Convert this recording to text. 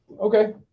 Okay